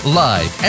live